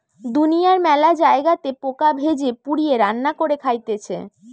দুনিয়ার মেলা জায়গাতে পোকা ভেজে, পুড়িয়ে, রান্না করে খাইতেছে